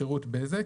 שירות בזק,